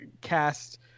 cast